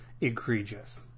egregious